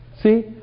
See